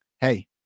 hey